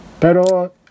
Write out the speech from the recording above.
Pero